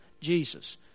Jesus